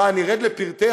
מה, נרד לפרטי-הפרטים?